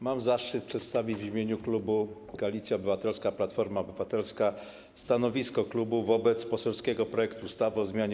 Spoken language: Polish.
Mam zaszczyt przedstawić w imieniu klubu Koalicja Obywatelska - Platforma Obywatelska stanowisko klubu wobec poselskiego projektu ustawy o zmianie